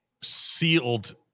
sealed